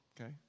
okay